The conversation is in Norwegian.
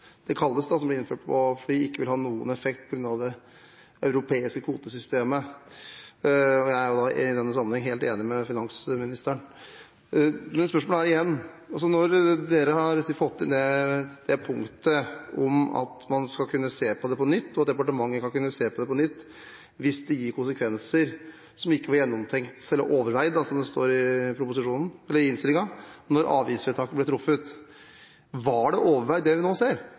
det kalles, som blir innført på fly, ikke vil ha noen effekt på grunn av det europeiske kvotesystemet. Og jeg er i denne sammenheng helt enig med finansministeren. Men spørsmålet er igjen: Når man har fått inn det punktet om at man skal kunne se på det på nytt, og at departementet skal kunne se på det på nytt, hvis avgiften gir konsekvenser som ikke var gjennomtenkt, eller «overveid» – som det står i innstillingen – da avgiftsvedtaket ble truffet: Var det overveid det vi nå ser,